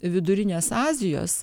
vidurinės azijos